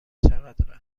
چقدر